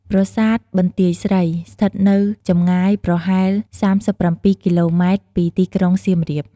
ប្រាសាទបន្ទាយស្រី ស្ថិតនៅចម្ងាយប្រហែល ៣៧ គីឡូម៉ែត្រពីទីក្រុងសៀមរាប។